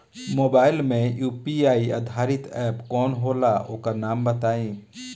Mobile म UPI आधारित app कौन होला ओकर नाम बताईं?